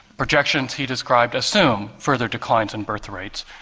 projections he described assume further declines in birth rates,